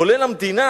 עולה למדינה,